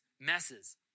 messes